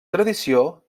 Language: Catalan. tradició